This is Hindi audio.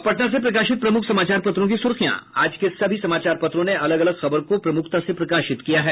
अब पटना से प्रकाशित प्रमुख समाचार पत्रों की सुर्खियां आज के सभी समाचार पत्रों ने अलग अलग खबर को प्रमुखता से प्रकाशित किया है